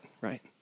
right